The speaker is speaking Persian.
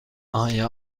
آیا